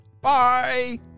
Bye